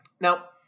Now